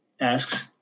asks